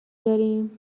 داریم